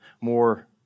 more